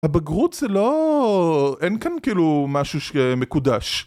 הבגרות זה לא... אין כאן כאילו משהו שמקודש